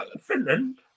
Finland